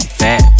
fat